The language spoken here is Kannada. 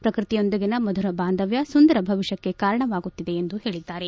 ಪ್ರಕೃತಿಯೊಂದಿಗಿನ ಮಧುರ ಬಾಂಧವ್ನ ಸುಂದರ ಭವಿಷ್ಕಕ್ಕೆ ಕಾರಣವಾಗುತ್ತದೆ ಎಂದು ಹೇಳದ್ದಾರೆ